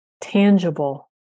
tangible